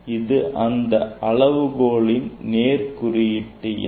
இது அந்த அளவுகோலின் நேர் குறியீட்டு எண்